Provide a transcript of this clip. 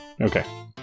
Okay